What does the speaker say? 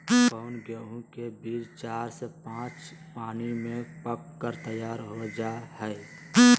कौन गेंहू के बीज चार से पाँच पानी में पक कर तैयार हो जा हाय?